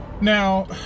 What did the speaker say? Now